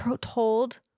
told